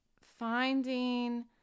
finding